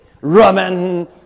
Roman